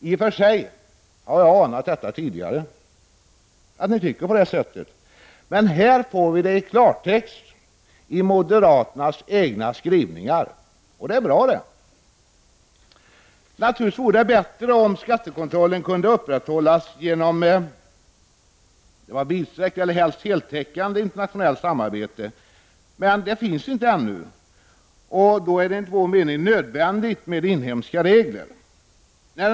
I och för sig har jag anat tidigare att ni moderater tycker så, men här står det i klartext i era egna skrivningar, och det är bra. Det vore naturligtvis bättre om skattekontrollen kunde upprätthållas genom ett vidsträckt och helst heltäckande internationellt samarbete, men eftersom detta ännu inte finns är det enligt vår mening nödvändigt med inhemska regler.